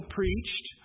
preached